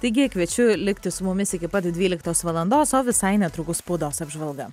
taigi kviečiu likti su mumis iki pat dvyliktos valandos o visai netrukus spaudos apžvalga